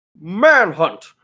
Manhunt